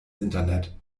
internet